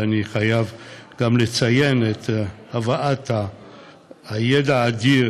ואני חייב גם לציין את הבאת הידע האדיר